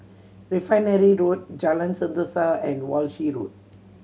Refinery Road Jalan Sentosa and Walshe Road